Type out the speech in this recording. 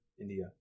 India